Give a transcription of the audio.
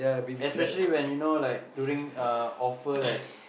especially when you know like during a offer like